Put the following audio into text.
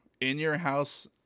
in-your-house